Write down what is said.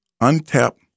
untapped